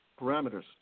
parameters